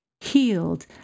healed